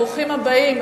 ברוכים הבאים.